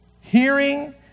Hearing